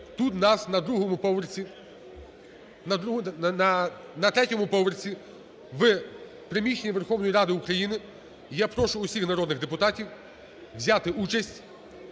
у нас, на другому поверсі, на третьому поверсі, в приміщенні Верховної Ради України. І я прошу всіх народних депутатів взяти участь